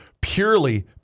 purely